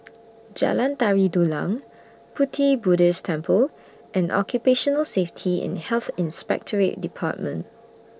Jalan Tari Dulang Pu Ti Buddhist Temple and Occupational Safety and Health Inspectorate department